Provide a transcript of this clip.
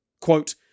Quote